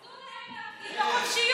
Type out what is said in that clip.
אז תנו להם להפגין בחופשיות.